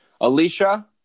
alicia